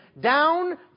down